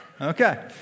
Okay